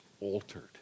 altered